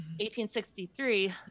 1863